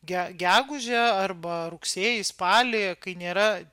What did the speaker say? ge gegužę arba rugsėjį spalį kai nėra